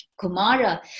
Kumara